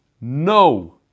no